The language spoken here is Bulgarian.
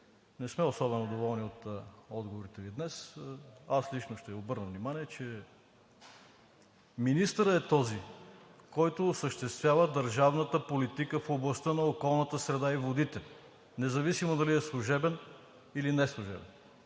не сме особено доволни от отговорите Ви днес. Аз лично ще Ви обърна внимание, че министърът е този, който осъществява държавната политика в областта на околната среда и водите, независимо дали е служебен или не.